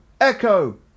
echo